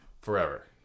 forever